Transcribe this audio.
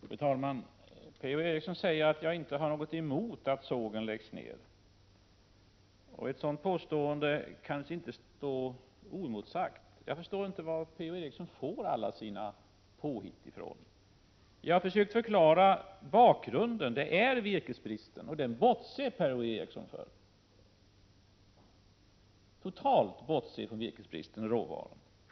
Fru talman! Per-Ola Eriksson säger att jag inte har någonting emot att sågen läggs ner, och ett sådant påstående kan inte få stå oemotsagt. Jag förstår inte var P.-O. Eriksson får alla sina påhitt ifrån. Jag har försökt förklara bakgrunden — virkesbristen — men den bortser Per-Ola Eriksson totalt från.